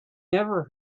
never